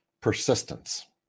persistence